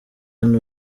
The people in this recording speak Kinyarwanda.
hano